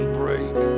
break